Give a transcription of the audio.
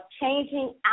changing